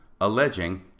alleging